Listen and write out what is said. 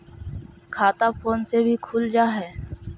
खाता फोन से भी खुल जाहै?